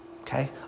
Okay